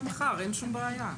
אין שום בעיה,